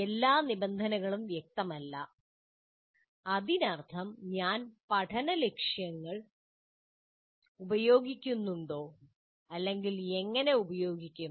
എല്ലാ നിബന്ധനകളും വ്യക്തമല്ല അതിനർത്ഥം ഞാൻ പഠന ലക്ഷ്യങ്ങൾ ഉപയോഗിക്കുന്നുണ്ടോ അല്ലെങ്കിൽ എങ്ങനെ ഉപയോഗിക്കാം